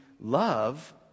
love